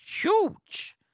huge